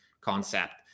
concept